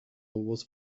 was